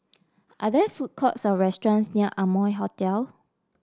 are there food courts or restaurants near Amoy Hotel